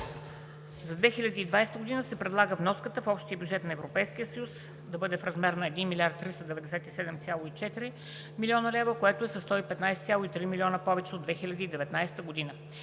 За 2020 г. се предлага вноската в общия бюджет на Европейския съюз да бъде в размер на 1 397,4 млн. лв., което е със 115,3 млн. лв. повече от 2019 г.